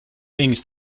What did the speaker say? things